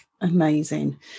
Amazing